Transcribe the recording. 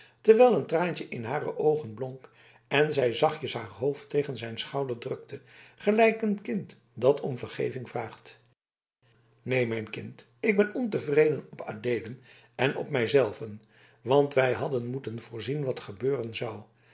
terwijl een traantje in hare oogen blonk en zij zachtjes haar hoofd tegen zijn schouder drukte gelijk een kind dat om vergeving vraagt neen mijn kind ik ben ontevreden op adeelen en op mij zelven want wij hadden moeten voorzien wat gebeuren zoude